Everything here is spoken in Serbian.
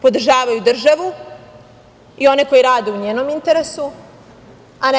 Podržavaju državu i one koji rade u njenom interesu, a ne